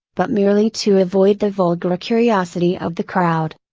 but merely to avoid the vulgar curiosity of the crowd.